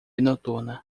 noturna